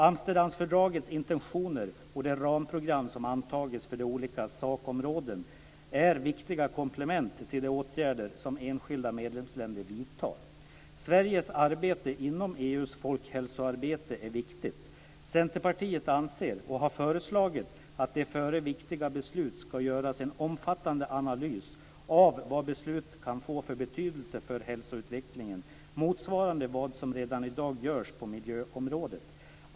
Amsterdamfördragets intentioner och det ramprogram som antagits för de olika sakområdena är viktiga komplement till de åtgärder som enskilda medlemsländer vidtar. Sveriges arbete inom EU:s folkhälsoarbete är viktigt. Centerpartiet anser och har föreslagit att det före viktiga beslut skall göras en omfattande analys av vad besluten kan få för betydelse för hälsoutvecklingen motsvarande vad som redan i dag görs på miljöområdet.